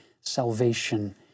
salvation